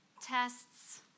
tests